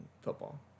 football